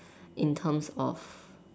in terms of